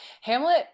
Hamlet